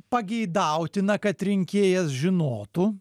pageidautina kad rinkėjas žinotų